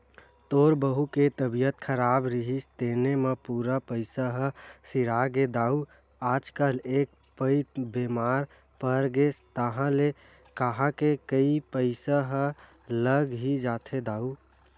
तोर बहू के तबीयत खराब रिहिस तेने म पूरा पइसा ह सिरागे दाऊ आजकल एक पइत बेमार परगेस ताहले काहेक कन पइसा ह लग ही जाथे दाऊ